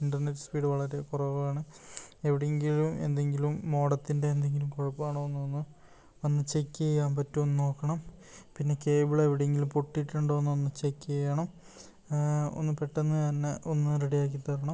internet speed വളരെ കുറവാണ് എവിടേ എങ്കിലും എന്തെങ്കിലും മോഡത്തിൻ്റെ എന്തെങ്കിലും കുഴപ്പം ആണോ എന്നൊന്ന് വന്നു ചെക്ക് ചെയ്യാൻ പ്റ്റുമോ എന്നു നോക്കണം പിന്നെ കേബ്ള് എവിടെ എങ്കിലും പൊട്ടിയിട്ടുണ്ടോ എന്നൊന്ന് ചെക്ക് ചെയ്യണം ഒന്ന് പെട്ടെന്ന് തന്നെ ഒന്ന് റെഡി ആക്കി തരണം